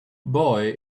boy